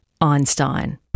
Einstein